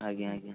ଆଜ୍ଞା ଆଜ୍ଞା